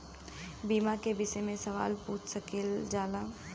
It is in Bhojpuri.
बीमा के विषय मे सवाल पूछ सकीलाजा?